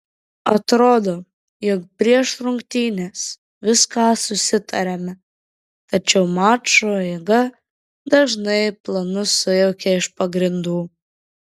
atrodo jog prieš rungtynes viską susitariame tačiau mačo eiga dažnai planus sujaukia iš pagrindų